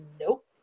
nope